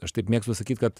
aš taip mėgstu sakyt kad